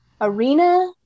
arena